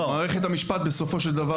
אבל מערכת המשפט בסופו של דבר,